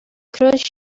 cruise